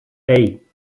hey